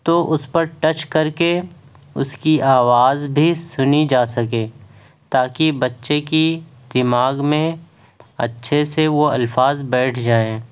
تو اس پر ٹچ کر کے اس کی آواز بھی سنی جا سکے تاکہ بچے کی دماغ میں اچھے سے وہ الفاظ بیٹھ جائیں